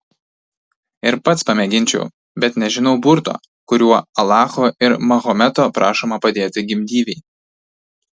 ir pats pamėginčiau bet nežinau burto kuriuo alacho ir mahometo prašoma padėti gimdyvei